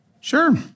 Sure